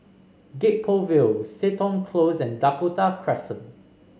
Gek Poh Ville Seton Close and Dakota Crescent